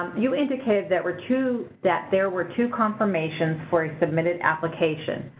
you indicated that were two that there were two confirmations for a submitted application.